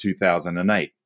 2008